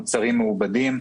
מוצרים מעובדים,